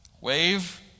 wave